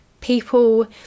people